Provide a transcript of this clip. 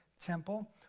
temple